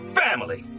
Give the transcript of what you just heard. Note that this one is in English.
family